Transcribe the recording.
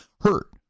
hurt